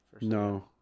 No